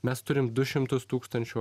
mes turim du šimtus tūkstančių